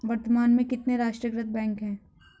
वर्तमान में कितने राष्ट्रीयकृत बैंक है?